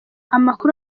amakuru